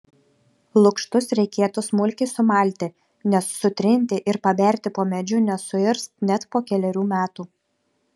lukštus reikėtų smulkiai sumalti nes sutrinti ir paberti po medžiu nesuirs net po kelerių metų